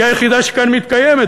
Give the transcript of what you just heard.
היא היחידה שכאן מתקיימת,